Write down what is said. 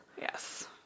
Yes